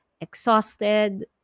exhausted